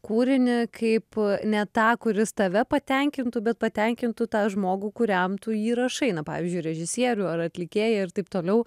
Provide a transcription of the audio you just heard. kūrinį kaip ne tą kuris tave patenkintų bet patenkintų tą žmogų kuriam tu jį rašai na pavyzdžiui režisierių ar atlikėją ir taip toliau